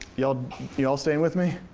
you all you all staying with me?